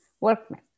workmen